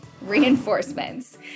reinforcements